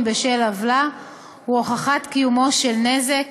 בשל עוולה הוא הוכחת קיומו של נזק,